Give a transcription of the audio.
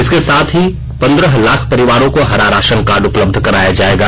इसके साथ ही पन्द्रह लाख परिवारों को हरा राशन कार्ड उपलब्ध कराया जाएगा